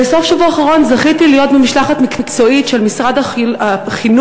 בסוף השבוע האחרון זכיתי להיות במשלחת מקצועית של משרד החינוך,